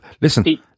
listen